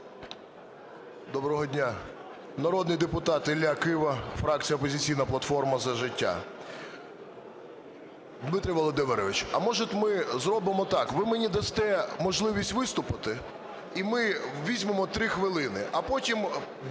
Доброго дня. Народний депутат Ілля Кива, фракція "Опозиційна платформа - За життя". Дмитре Володимировичу, а може ми зробимо так. Ви мені дасте можливість виступити і ми візьмемо 3 хвилини. А потім…